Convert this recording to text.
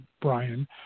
brian